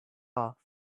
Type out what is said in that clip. off